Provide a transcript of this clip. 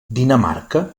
dinamarca